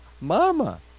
mama